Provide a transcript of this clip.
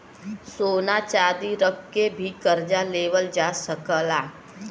सोना चांदी रख के भी करजा लेवल जा सकल जाला